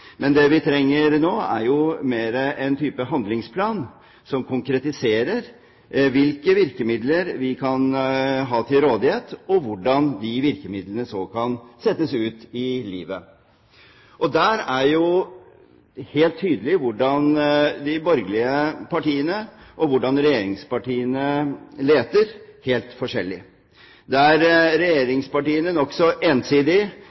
Det vi trenger nå, er mer en type handlingsplan som konkretiserer hvilke virkemidler vi kan ha til rådighet, og hvordan de virkemidlene så kan settes ut i livet. Der er det tydelig hvordan de borgerlige partiene og regjeringspartiene leter helt forskjellig. Der regjeringspartiene nokså ensidig